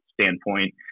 standpoint